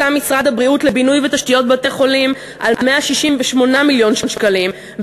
משרד הבריאות לבינוי ותשתיות בתי-חולים על 168 מיליון שקלים,